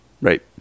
Right